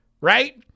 right